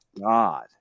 god